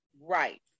Right